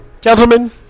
Gentlemen